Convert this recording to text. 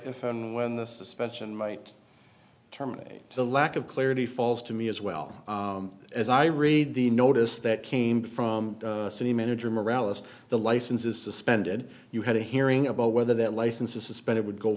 if and when the suspension might terminate the lack of clarity falls to me as well as i read the notice that came from the city manager morales the license is suspended you had a hearing about whether that license to suspend it would go